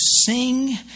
sing